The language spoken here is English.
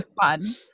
fun